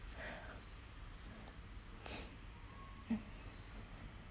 mm